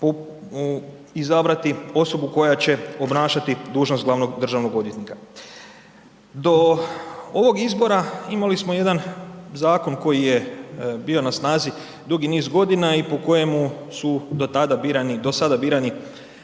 izabrati osobu koja će obnašati dužnost glavnog državnog odvjetnika. Do ovog izbora imali smo jedan zakon koji je bio na snazi dugi niz godina i po kojemu su do tada birani,